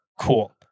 cool